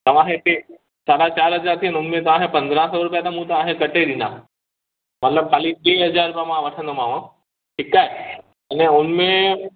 तव्हांखे हिते साढा चारि हज़ार उम्मीद आहे पंद्राहं सौ रुपिया त मूं तव्हांखे कटे ॾिना मतिलब ख़ाली टे हज़ार रुपिया मां वठंदोमाव ठीकु आहे अने हुनमें